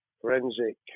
forensic